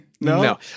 no